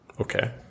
okay